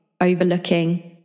overlooking